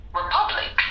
republic